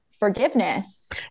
forgiveness